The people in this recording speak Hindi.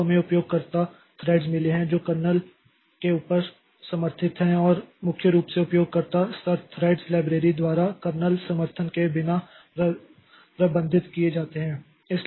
तो हमें उपयोगकर्ता थ्रेड्स मिले हैं जो कर्नेल के ऊपर समर्थित हैं और मुख्य रूप से उपयोगकर्ता स्तर थ्रेड्स लाइब्रेरी द्वारा कर्नेल समर्थन के बिना प्रबंधित किए जाते हैं